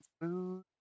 food